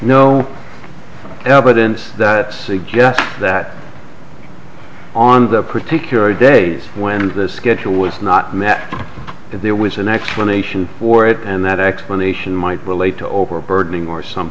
no evidence that suggests that on the particular days when the schedule was not met if there was an explanation for it and that explanation might relate to overburdening or some